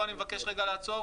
פה אני מבקש לעצור,